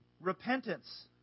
repentance